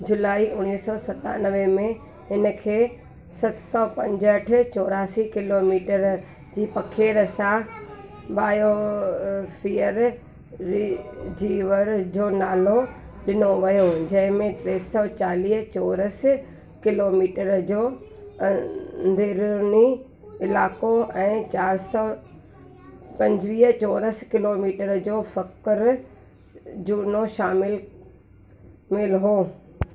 जुलाई उणिवीह सौ सतानवे में उनखे सत सौ पंजहठि चौरासी किलोमीटर जी पखेर सां बायोफियर रे जी वर जो नालो ॾिनो वयो जंहिंमें टे सौ चालीह चौरस किलोमीटर जो अंदरुनी इलाइको ऐं चारि सौ पंजवीह चौरस किलोमीटर जो फरकु झूनो शामिलु हो